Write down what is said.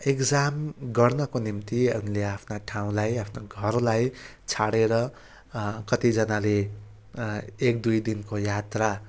exam गर्नको निम्ति आफूले आफ्ना ठाउँलाई आफ्नो घरलाई छाडेर कतिजनाले एक दुई दिनको यात्रा